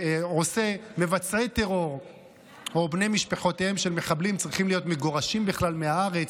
או בני משפחותיהם של מחבלים בכלל צריכים להיות מגורשים מהארץ,